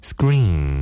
Screen